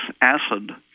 acid